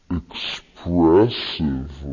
expressive